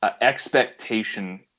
expectation